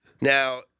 Now